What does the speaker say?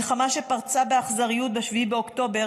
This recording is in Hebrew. המלחמה שפרצה באכזריות ב-7 באוקטובר